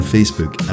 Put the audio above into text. Facebook